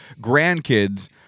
grandkids